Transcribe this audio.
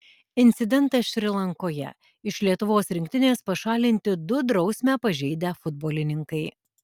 incidentas šri lankoje iš lietuvos rinktinės pašalinti du drausmę pažeidę futbolininkai